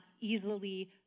easily